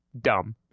dumb